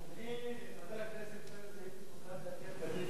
אני לחבר הכנסת פרץ הייתי מוכן לתת תמיד הכול.